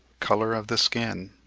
colour of the skin.